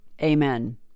amen